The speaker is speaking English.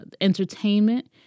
entertainment